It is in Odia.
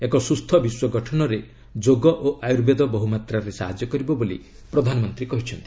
ଏକ ସୁସ୍ଥ ବିଶ୍ୱ ଗଠନରେ ଯୋଗ ଓ ଆର୍ୟୁବେଦ ବହୁମାତ୍ରାରେ ସାହାଯ୍ୟ କରିବ ବୋଲି ପ୍ରଧାନମନ୍ତ୍ରୀ କହିଛନ୍ତି